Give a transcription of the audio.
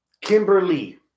Kimberly